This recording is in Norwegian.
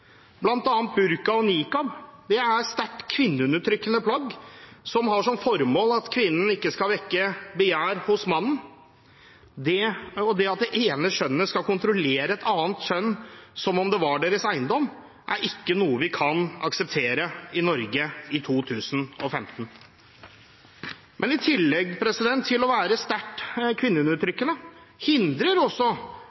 burka og niqab er sterkt kvinneundertrykkende plagg som har som formål at kvinnen ikke skal vekke begjær hos mannen. Det at det ene kjønnet skal kontrollere et annet kjønn som om det var deres eiendom, er ikke noe vi kan akseptere i Norge i 2015. Men i tillegg til å være sterkt kvinneundertrykkende hindrer også